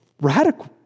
radical